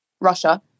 Russia